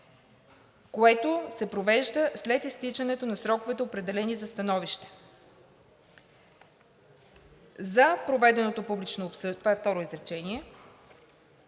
което се провежда след изтичането на сроковете, определени за становища. За проведеното публично обсъждане се изготвя